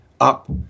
up